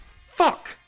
Fuck